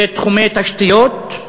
בתחומי תשתיות,